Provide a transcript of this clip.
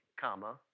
comma